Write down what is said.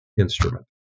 instrument